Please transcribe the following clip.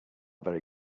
very